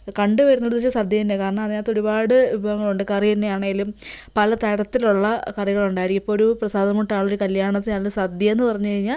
കണ്ടു വരുന്നത് എന്ന് വെച്ചാൽ സദ്യ തന്നെ കാരണം അതിനകത്ത് ഒരുപാട് വിഭവങ്ങളുണ്ട് കറി തന്നെയാണെങ്കിലും പല തരത്തിലുള്ള കറികളുണ്ടായിരിക്കും ഇപ്പോൾ ഒരു പ്രസാദാമൂട്ടാണൊരു കല്യാണത്തിന് നല്ല സദ്യ എന്ന് പറഞ്ഞ് കഴിഞ്ഞാൽ